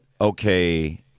okay